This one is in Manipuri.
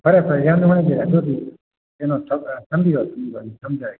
ꯐꯔꯦ ꯐꯔꯦ ꯌꯥꯝ ꯅꯨꯡꯉꯥꯏꯖꯔꯦ ꯑꯗꯨꯗꯤ ꯀꯩꯅꯣ ꯊꯝ ꯑꯥ ꯊꯝꯕꯤꯔꯣ ꯊꯝꯕꯤꯔꯣ ꯑꯩ ꯊꯝꯖꯔꯒꯦ